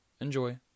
Enjoy